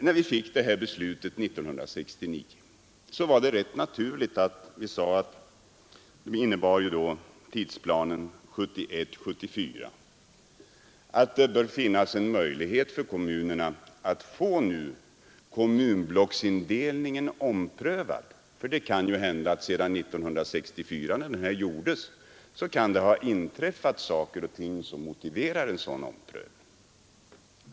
När vi fattade beslutet 1969, som alltså innebar en tidsplan för 1971—1974, sade vi också att det bör finnas en möjlighet för kommunerna att få kommunblocksindelningen omprövad. Det var ganska naturligt, ty sedan 1964, när planerna gjordes upp, kunde det ju ha inträffat saker och ting som motiverade en sådan omprövning.